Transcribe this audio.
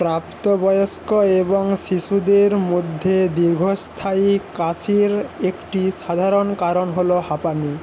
প্রাপ্তবয়স্ক এবং শিশুদের মধ্যে দীর্ঘস্থায়ী কাশির একটি সাধারণ কারণ হল হাঁপানি